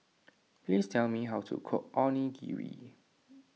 please tell me how to cook Onigiri